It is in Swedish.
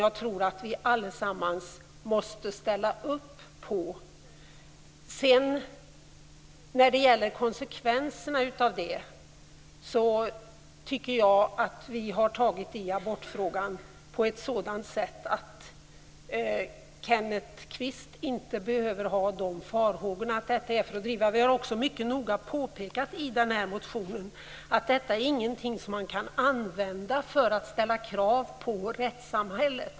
Jag tror att vi allesammans måste ställa oss bakom begreppet människolivets okränkbarhet. Vad gäller konsekvenserna tycker jag att vi har tagit upp abortfrågan på ett sådant sätt att Kenneth Kvist inte behöver ha farhågor för hur vi skall driva den. Vi har i motionen också mycket noga påpekat att den aktuella målsättningen inte kan användas för att ställa krav på rättssamhället.